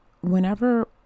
whenever